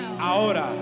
Ahora